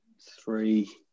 three